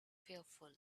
fearful